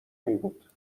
میبود